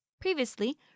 Previously